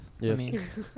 yes